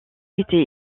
était